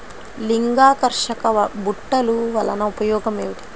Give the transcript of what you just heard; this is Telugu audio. లింగాకర్షక బుట్టలు వలన ఉపయోగం ఏమిటి?